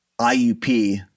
IUP